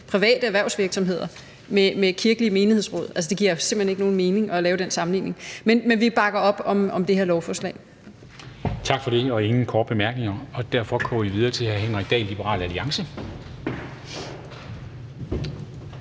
private erhvervsvirksomheder med kirkelige menighedsråd. Altså, det giver simpelt hen ikke nogen mening at lave den sammenligning. Men vi bakker op om det her lovforslag. Kl. 10:59 Formanden (Henrik Dam Kristensen): Tak for det. Der er ingen korte bemærkninger, og derfor går vi videre til hr. Henrik Dahl, Liberal Alliance.